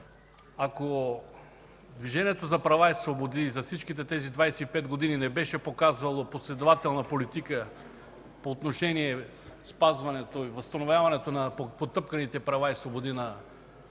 ако Движението за права и свободи за всички тези 25 години не беше показало последователна политика по отношение спазването и възстановяването на потъпканите права и свободи на